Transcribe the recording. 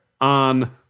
On